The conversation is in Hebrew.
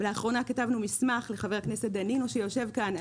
לאחרונה כתבנו מסמך עם חבר הכנסת דנינו שיושב כאן,